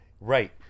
Right